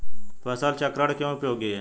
फसल चक्रण क्यों उपयोगी है?